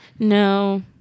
No